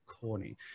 corny